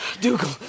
Dougal